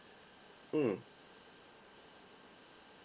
mm